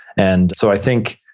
and so i think,